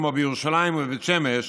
כמו בירושלים או בבית שמש,